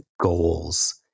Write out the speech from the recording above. goals